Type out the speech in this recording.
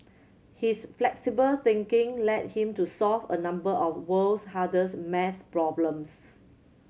his flexible thinking led him to solve a number of world's hardest maths problems